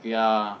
ya